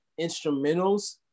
instrumentals